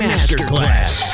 Masterclass